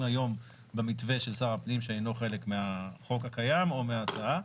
היום במתווה של שר הפנים שאינו חלק מהחוק הקיים או מההצעה.